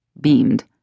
beamed